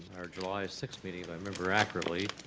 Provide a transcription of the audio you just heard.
our july sixth meeting if i remember accurately,